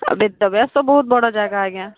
ବେଦବ୍ୟାସ ବହୁତ ବଡ଼ ଜାଗା ଆଜ୍ଞା